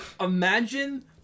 Imagine